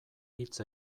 hitz